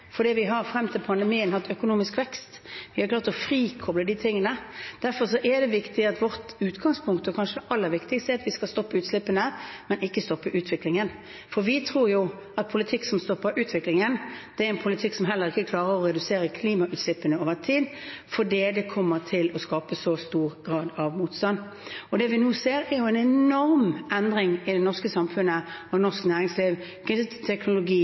vi har frem til pandemien hatt økonomisk vekst. Vi har klart å frikoble de tingene. Derfor er vårt utgangspunkt – og kanskje aller viktigst – at vi skal stoppe utslippene, men ikke stoppe utviklingen. For vi tror at politikk som stopper utviklingen, er en politikk som heller ikke klarer å redusere klimautslippene over tid, fordi det kommer til å skape så stor grad av motstand. Det vi nå ser, er en enorm endring i det norske samfunnet og i norsk næringsliv